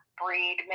breed